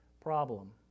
problem